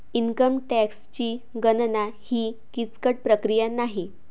income टॅक्सची गणना ही किचकट प्रक्रिया नाही